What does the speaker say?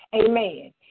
amen